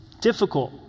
Difficult